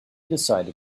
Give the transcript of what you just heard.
decided